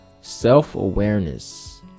self-awareness